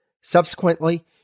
Subsequently